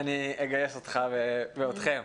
אני אגייס אותך ואתכם.